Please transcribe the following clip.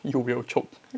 you will choke